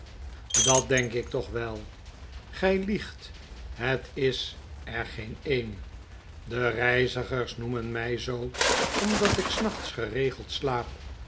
dat denk ik toch wel gy liegt het er is geen een de reizigers noemen mij zoo omdat ik s nachts geregeld slaap